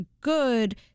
good